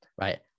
Right